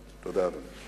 תודה, אדוני.